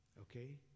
Okay